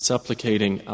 Supplicating